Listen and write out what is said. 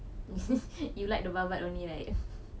you like the babat only right